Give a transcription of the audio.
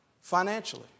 financially